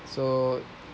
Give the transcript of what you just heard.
so